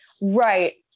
right